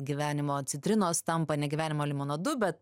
gyvenimo citrinos tampa ne gyvenimo limonadu bet